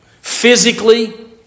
Physically